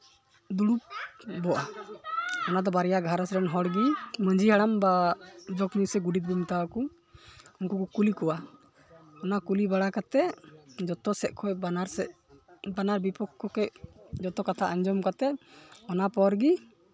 ᱫᱩᱲᱩᱵᱚᱜᱼᱟ ᱚᱱᱟ ᱫᱚ ᱵᱟᱨᱭᱟ ᱜᱷᱟᱨᱚᱸᱡᱽ ᱨᱮ ᱦᱚᱲᱜᱮ ᱢᱟᱹᱡᱷᱤ ᱦᱟᱲᱟᱢ ᱵᱟ ᱡᱚᱜᱽ ᱢᱟᱹᱡᱷᱤ ᱥᱮ ᱜᱳᱰᱮᱛ ᱵᱚᱱ ᱢᱮᱛᱟ ᱟᱠᱚ ᱩᱱᱠᱩ ᱠᱚ ᱠᱩᱞᱤ ᱠᱚᱣᱟ ᱚᱱᱟ ᱠᱩᱞᱤ ᱵᱟᱲᱟ ᱠᱟᱛᱮᱫ ᱡᱚᱛᱚ ᱥᱮᱫ ᱠᱷᱚᱱ ᱵᱟᱱᱟᱨ ᱥᱮᱫ ᱵᱟᱱᱟᱨ ᱵᱤᱯᱚᱠᱠᱷᱚ ᱠᱷᱚᱡ ᱡᱚᱛᱚ ᱠᱟᱛᱷᱟ ᱟᱸᱡᱚᱢ ᱠᱟᱛᱮᱫ ᱚᱱᱟᱯᱚᱨ ᱜᱮ